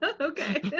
Okay